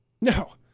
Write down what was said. no